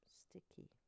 sticky